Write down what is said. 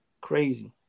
Crazy